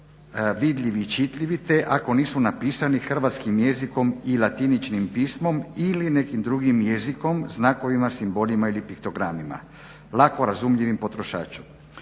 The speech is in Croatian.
vidljivi i čitljivi te ako nisu napisani hrvatskim jezikom i latiničnim pismom ili nekim drugim jezikom, znakovima, simbolima ili piktogramima lako razumljivim potrošaču."